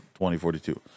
2042